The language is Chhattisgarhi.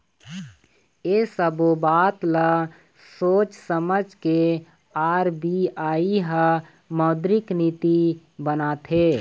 ऐ सब्बो बात ल सोझ समझ के आर.बी.आई ह मौद्रिक नीति बनाथे